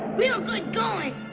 we're going